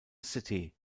city